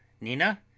Nina